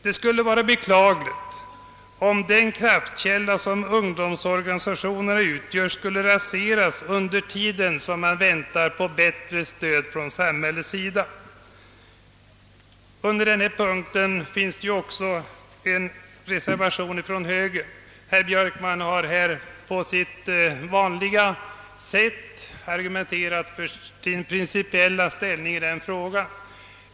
Det skulle vara beklagligt om den kraftkälla som ungdomsorganisationerna utgör skulle raseras under det att man väntar på ett bättre stöd från samhället. Vid denna punkt har också fogats en reservation från högerhåll. Herr Björkman har på sitt vanliga sätt argumenterat för sin principiella inställning i denna fråga.